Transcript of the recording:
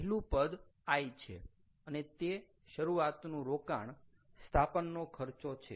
પહેલુ પદ I છે અને તે શરૂઆતનું રોકાણ સ્થાપનનો ખર્ચો છે